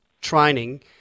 training